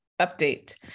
update